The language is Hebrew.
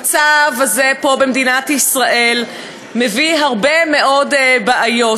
המצב הזה פה במדינת ישראל מביא להרבה מאוד בעיות,